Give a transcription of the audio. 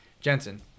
Jensen